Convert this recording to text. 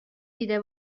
دیده